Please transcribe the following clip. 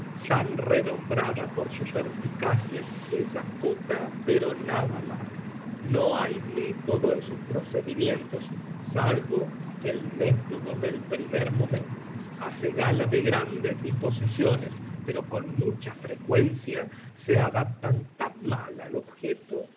tan renombrada por su perspicacia es astuta pero nada más no hay método en sus procedimientos salvo el método del primer momento hace gala de grandes disposiciones pero con mucha frecuencia se adaptan tan mal al objeto